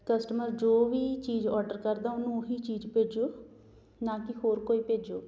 customer ਜੋ ਵੀ ਚੀਜ਼ ਔਡਰ ਕਰਦਾ ਉਹਨੂੰ ਉਹ ਹੀ ਚੀਜ਼ ਭੇਜੋ ਨਾ ਕਿ ਹੋਰ ਕੋਈ ਭੇਜੋ